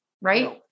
right